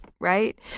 right